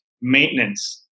maintenance –